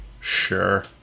Sure